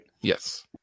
Yes